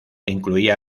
incluía